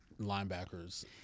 linebackers